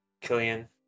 Killian